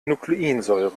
nukleinsäure